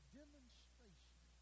demonstration